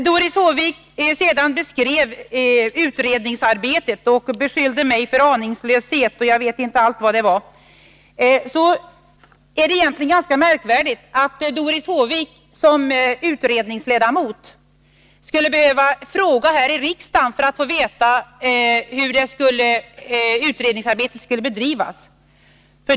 Doris Håvik beskrev sedan utredningsarbetet och beskyllde mig för aningslöshet och jag vet inte allt. Det är egentligen ganska märkligt att Doris Håvik såsom ledamot av utredningen skulle behöva fråga här i riksdagen för att få veta hur utredningsarbetet skall bedrivas.